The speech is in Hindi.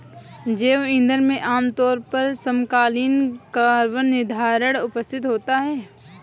जैव ईंधन में आमतौर पर समकालीन कार्बन निर्धारण उपस्थित होता है